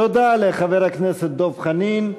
תודה לחבר הכנסת דב חנין.